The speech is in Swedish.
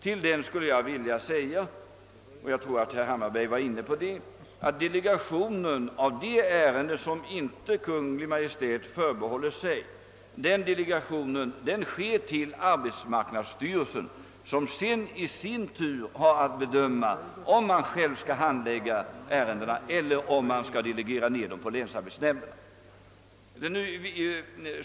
Delegeringen av ärenden — jag tror att också herr Hammarberg var inne på detta — som inte Kungl. Maj:t förbehåller sig sker till arbetsmarknadsstyrelsen, som sedan i sin tur har att bedöma om den själv skall handlägga ärendena eller om de skall delegeras ned till länsarbetsnämnderna.